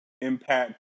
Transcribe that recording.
impact